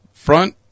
Front